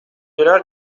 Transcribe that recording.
دلار